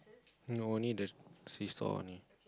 no only the seesaw only